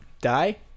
Die